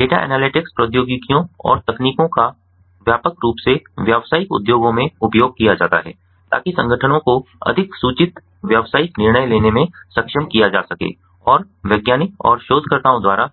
data analytics प्रौद्योगिकियों और तकनीकों का व्यापक रूप से व्यावसायिक उद्योगों में उपयोग किया जाता है ताकि संगठनों को अधिक सूचित व्यावसायिक निर्णय लेने में सक्षम किया जा सके और वैज्ञानिक और शोधकर्ताओं द्वारा